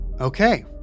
Okay